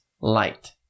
light